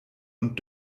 und